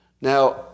Now